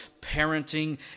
parenting